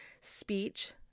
speech